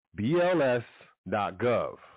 BLS.gov